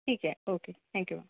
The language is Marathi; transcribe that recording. ठीक आहे ओके थँक्यू